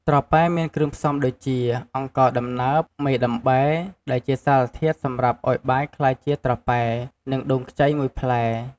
ត្រប៉ែមានគ្រឿងផ្សំដូចជា អង្ករដំណើប មេដំបែ ដែលសារធាតុសម្រាប់ឱ្យបាយកា្លយជាត្រប៉ែ និងដូងខ្ចីមួយផ្លែ។